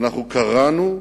אנחנו קראנו,